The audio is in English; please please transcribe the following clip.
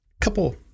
couple